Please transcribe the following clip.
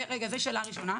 זו שאלה ראשונה.